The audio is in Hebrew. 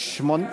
מסך,